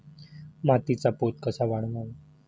मातीचा पोत कसा वाढवावा?